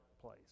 place